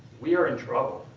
we are in trouble.